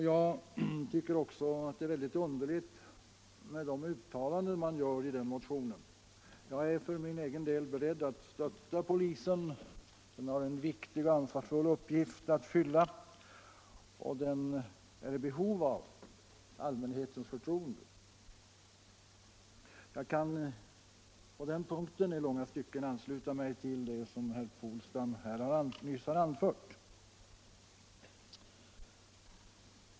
Jag tycker också att det är väldigt underliga uttalanden som görs i den motionen. Även jag är beredd att stötta polisen, som har en viktig och ansvarsfull uppgift att fylla. Polisen är i behov av allmänhetens förtroende. Jag kan på den punkten i långa stycken ansluta mig till vad herr Polstam nyss har anfört.